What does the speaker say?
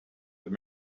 have